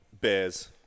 bears